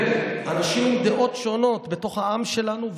עם אנשים עם דעות שונות בתוך העם שלנו,